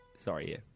Sorry